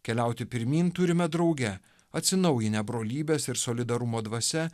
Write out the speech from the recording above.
keliauti pirmyn turime drauge atsinaujinę brolybės ir solidarumo dvasia